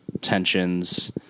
tensions